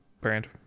brand